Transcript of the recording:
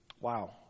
Wow